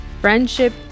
friendship